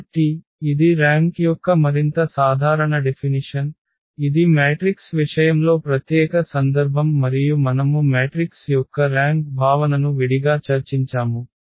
కాబట్టి ఇది ర్యాంక్ యొక్క మరింత సాధారణ డెఫినిషన్ ఇది మ్యాట్రిక్స్ విషయంలో ప్రత్యేక సందర్భం మరియు మనము మ్యాట్రిక్స్ యొక్క ర్యాంక్ భావనను విడిగా చర్చించాము